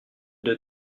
deux